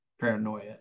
paranoia